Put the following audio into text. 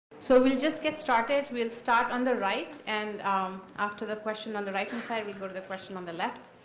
so we'll just get started. we'll start on the right. and after the question on the right hand side, we'll go to the question on the left.